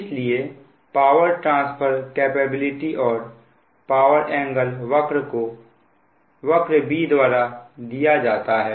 इसलिए power transfer capability और power angle वक्र को वक्र B द्वारा दिया जाता है